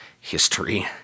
history